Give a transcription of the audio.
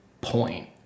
point